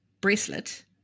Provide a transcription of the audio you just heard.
bracelet